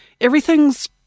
Everything's